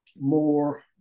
more